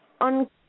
on